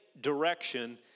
direction